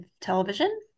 television